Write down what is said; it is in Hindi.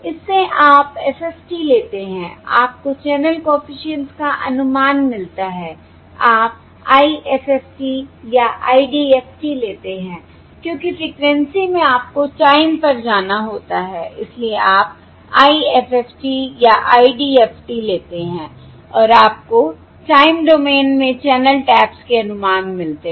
इससे आप FFT लेते हैं आपको चैनल कॉफिशिएंट्स का अनुमान मिलता है आप IFFT या IDFT लेते हैं क्योंकि फ्रिकवेंसी से आपको टाइम पर जाना होता है इसलिए आप IFFT या IDFT लेते हैं और आपको टाइम डोमेन में चैनल टैप्स के अनुमान मिलते हैं